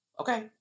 Okay